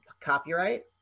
copyright